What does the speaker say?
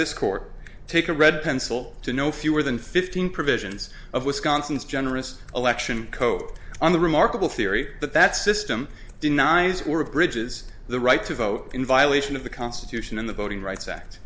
this court take a red pencil to no fewer than fifteen provisions of wisconsin's generous election code on the remarkable theory that that system denies or of bridges the right to vote in violation of the constitution and the voting rights act